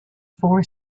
four